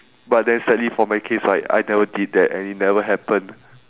but then sadly for my case right I never did that and it never happen